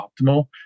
optimal